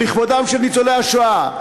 לכבודם של ניצולי השואה.